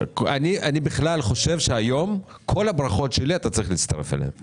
אני חושב שהיום אתה צריך להצטרף לכל הברכות שלי.